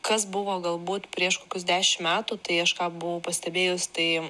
kas buvo galbūt prieš kokius dešimt metų tai aš ką buvau pastebėjus tai